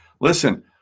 listen